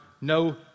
no